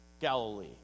Galilee